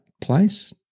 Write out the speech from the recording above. place